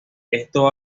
esto